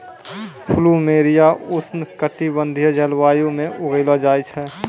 plumeria उष्ण कटिबंधीय जलवायु म उगैलो जाय छै